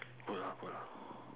put lah put lah